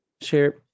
Share